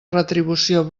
retribució